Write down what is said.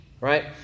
right